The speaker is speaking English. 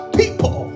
people